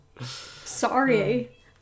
sorry